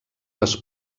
les